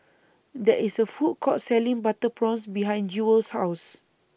There IS A Food Court Selling Butter Prawns behind Jewel's House